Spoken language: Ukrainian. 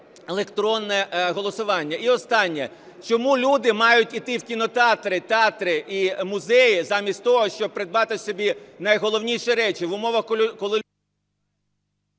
електронне голосування. І останнє. Чому люди мають іти в кінотеатри, театри і музеї замість того, щоб придбати собі найголовніші речі в умовах, коли…